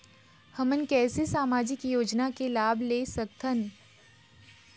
हमन कैसे सामाजिक योजना के लाभ ले सकथन?